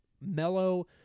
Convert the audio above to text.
mellow